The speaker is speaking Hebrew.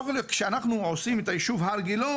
לא יכול להיות שכאשר אנחנו עושים את היישוב הר גילה,